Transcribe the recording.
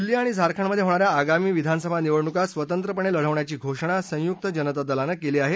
दिल्ली आणि झारखंडमध्ये होणाऱ्या आगामी विधानसभा निवडणुका स्वतंत्रपणे लढवण्याची घोषणा संयुक्त जनता दलानं केली आहे